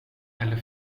eller